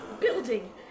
building